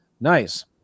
Nice